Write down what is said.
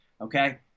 okay